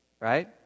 right